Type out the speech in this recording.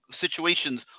situations